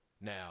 Now